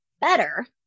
better